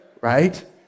Right